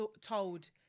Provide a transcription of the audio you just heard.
told